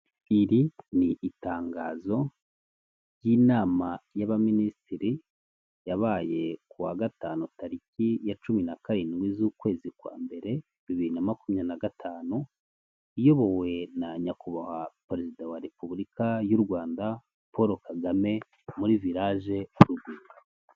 Iri n'itangazo ry'inama y'abaminisitiri yabaye ku wa gatanu tariki ya cumi na karindwi z'ukwezi kwa mbere bibiri na makumyabiri na gatanu iyobowe na nyakubahwa perezida wa repubulika y'u rwanda paul kagame muri village urugwiro.